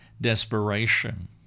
desperation